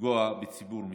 לפגוע בציבור מסוים.